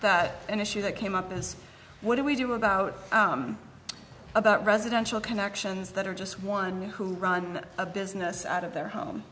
that an issue that came up is what do we do about it about residential connections that are just one who run a business out of their home